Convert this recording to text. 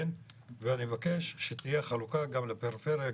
ואני מבקש שתהיה חלוקה גם לפריפריה,